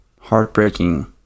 heartbreaking